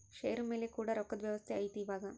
ಷೇರು ಮೇಲೆ ಕೂಡ ರೊಕ್ಕದ್ ವ್ಯವಸ್ತೆ ಐತಿ ಇವಾಗ